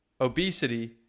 obesity